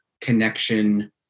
connection